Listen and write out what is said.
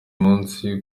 munsi